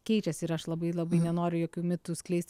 keičiasi ir aš labai labai nenoriu jokių mitų skleist